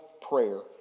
prayer